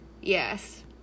yes